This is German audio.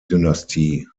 dynastie